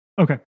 Okay